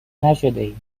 نشدهاید